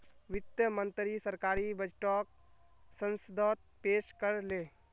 वित्त मंत्री सरकारी बजटोक संसदोत पेश कर ले